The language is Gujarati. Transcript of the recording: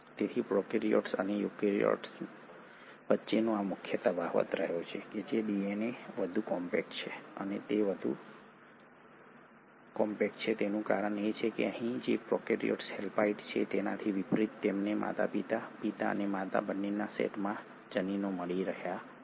તેથી પ્રોકેરીયોટ અને યુકેરીયોટ વચ્ચેનો આ મુખ્ય તફાવત રહ્યો છે કે શું ડીએનએ વધુ કોમ્પેક્ટ છે અને તે વધુ કોમ્પેક્ટ છે તેનું કારણ એ છે કે અહીં જે પ્રોકેરીયોટ્સ હેપ્લોઇડ છે તેનાથી વિપરીત તમને માતાપિતા પિતા અને માતા બંનેના સેટના જનીનો મળી રહ્યા છે